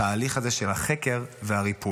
את התהליך של הזה של החקר והריפוי.